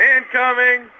Incoming